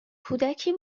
کودکی